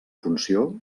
funció